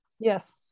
Yes